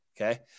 okay